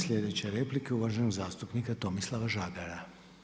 Sljedeća replika je uvaženog zastupnika Tomislava Žagara.